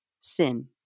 sin